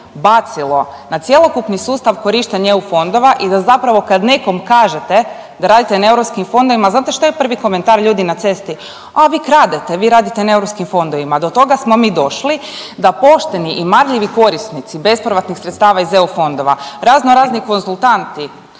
bacilo na cjelokupni sustav korištenja eu fondova i da zapravo kad nekom kažete da radite na europskim fondovima, znate šta je prvi komentar ljudi na cesti? A vi kradete, vi radite na europskim fondovima. Do toga smo mi došli da pošteni i marljivi korisnici bespovratnih sredstava iz eu fondova, raznorazni konzultanti,